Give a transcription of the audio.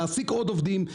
להעסיק עוד עובדים,